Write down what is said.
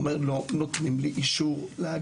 הוא אומר לא נותנים לי אישור להגיב.